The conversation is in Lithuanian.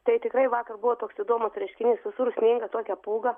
tai tikrai vakar buvo toks įdomus reiškinys visur sninga tokia pūga